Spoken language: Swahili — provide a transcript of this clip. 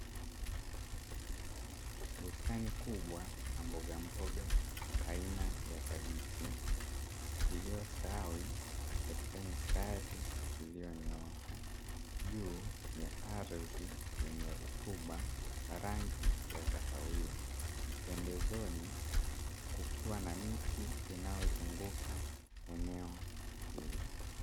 Bustani kubwa ya mbogamboga aina ya kabichi, iliyostawi katika mistari iliyonyooka, juu ya ardhi yenye rutuba rangi ya kahawia, pembezoni kukiwa na miti inayozunguka eneo hili.